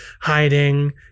hiding